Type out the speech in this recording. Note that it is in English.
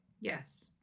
Yes